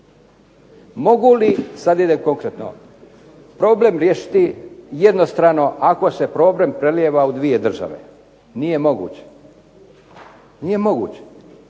Mogu li, sad idem konkretno, problem riješiti jednostrano ako se problem prelijeva u 2 države? Nije moguće. Nije moguće.